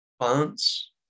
plants